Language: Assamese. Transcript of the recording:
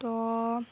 তো